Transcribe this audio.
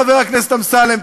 חבר הכנסת אמסלם,